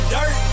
Dirt